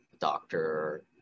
doctor